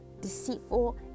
deceitful